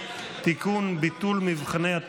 אני קובע כי הצעת חוק מגבלות על חזרתו